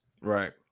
right